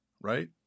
right